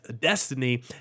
destiny